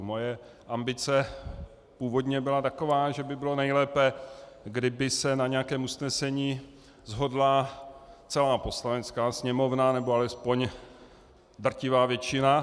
Moje ambice původně byla taková, že by bylo nejlépe, kdyby se na nějakém usnesení shodla celá Poslanecká sněmovna, nebo alespoň drtivá většina.